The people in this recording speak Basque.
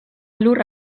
lur